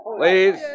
Please